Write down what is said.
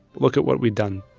look at what we've done.